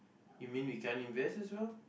you mean we can't invest as well